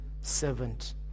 servant